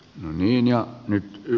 linja y